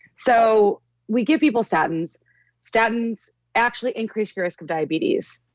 so we give people statins statins actually increase your risk of diabetes.